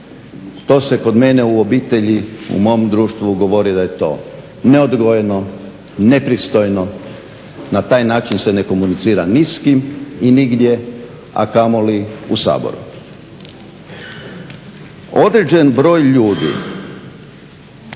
To se kod mene u obitelji u mom društvu govori da je to neodgojeno, nepristojno, na taj način se ne komunicira ni s kim i nigdje, a kamoli u Saboru. Određen broj ljudi